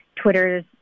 Twitter's